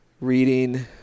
reading